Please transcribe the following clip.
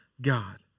God